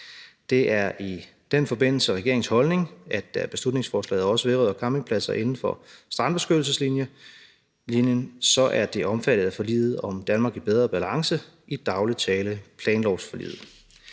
Det er i den forbindelse regeringens holdning, at da beslutningsforslaget også vedrører campingpladser inden for strandbeskyttelseslinjen, er det omfattet af forliget om Danmark i bedre balance, i daglig tale kaldt planlovsforliget.